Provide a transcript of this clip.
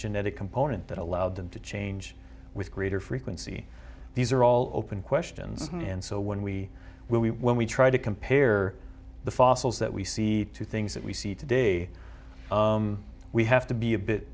genetic component that allowed them to change with greater frequency these are all open questions and so when we when we when we try to compare the fossils that we see to things that we see today we have to be a bit